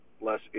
less